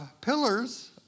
pillars